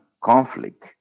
conflict